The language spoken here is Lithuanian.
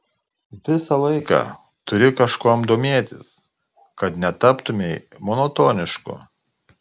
visą laiką turi kažkuom domėtis kad netaptumei monotonišku